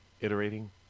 iterating